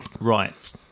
Right